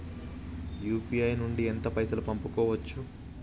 UPI నుండి ఎంత పైసల్ పంపుకోవచ్చు?